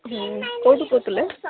ହଁ କେଉଁଠୁ କହୁଥିଲେ